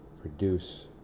produce